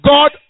God